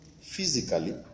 Physically